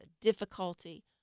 difficulty